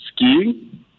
Skiing